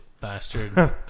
bastard